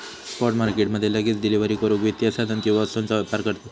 spot market मध्ये लगेच delivery करूक वित्तीय साधन किंवा वस्तूंचा व्यापार करतत